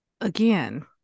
Again